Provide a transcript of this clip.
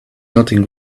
nothing